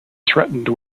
threatened